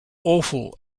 awful